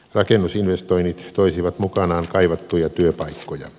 rakennusinvestoinnit toisivat mukanaan kaivattuja työpaikkoja